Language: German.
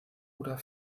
oder